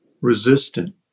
resistant